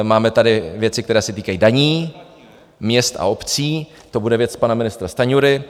Máme tady věci, které se týkají daní, měst a obcí, to bude věc pana ministra Stanjury.